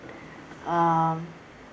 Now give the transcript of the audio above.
um